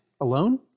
alone